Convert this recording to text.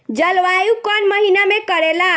जलवायु कौन महीना में करेला?